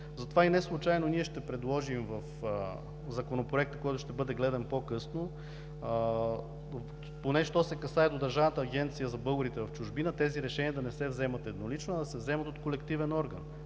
Затова и неслучайно ние ще предложим в Законопроекта, който ще бъде гледан по-късно, поне що се касае до Държавната агенция за българите в чужбина, тези решения да не се вземат еднолично, а да се вземат от колективен орган,